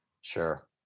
sure